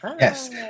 Yes